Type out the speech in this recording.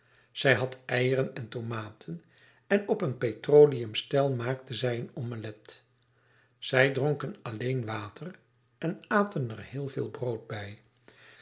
zij had eieren en tomaten en op een petroleum stel maakte zij een ommelet zij dronken alleen water en aten er heel veel brood bij